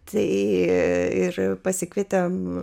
tai ir pasikvietėm